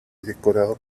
decorado